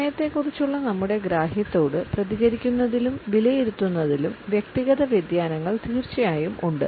സമയത്തെക്കുറിച്ചുള്ള നമ്മുടെ ഗ്രാഹ്യത്തോട് പ്രതികരിക്കുന്നതിലും വിലയിരുത്തുന്നതിലും വ്യക്തിഗത വ്യതിയാനങ്ങൾ തീർച്ചയായും ഉണ്ട്